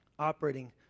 operating